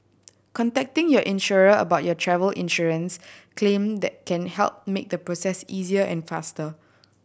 contacting your insurer about your travel insurance claim that can help make the process easier and faster